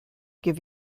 give